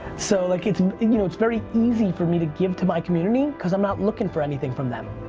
so like it's and you know it's very easy for me to give to my community cause i'm not looking for anything from them.